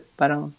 parang